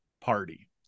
party